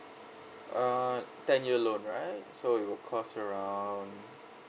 uh ten year loan right so it will cost around